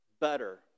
better